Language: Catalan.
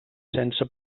sense